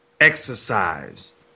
exercised